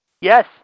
Yes